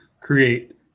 create